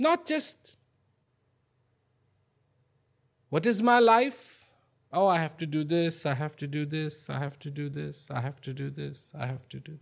not just what is my life oh i have to do this i have to do this i have to do this i have to do this i have to do